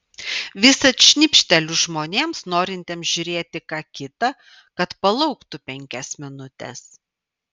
visad šnibžteliu žmonėms norintiems žiūrėti ką kita kad palauktų penkias minutes